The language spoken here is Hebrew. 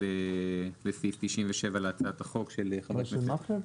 הסתייגות לסעיף 97 להצעת החוק של חבר הכנסת -- מה של מקלב?